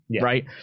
right